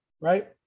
Right